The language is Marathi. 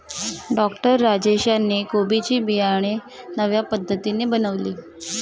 डॉक्टर राजेश यांनी कोबी ची बियाणे नव्या पद्धतीने बनवली